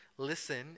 Listen